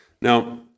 Now